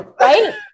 right